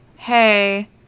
Hey